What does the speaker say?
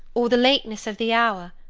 or the lateness of the hour,